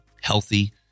healthy